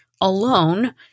alone